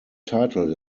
title